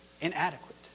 inadequate